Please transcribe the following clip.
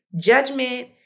judgment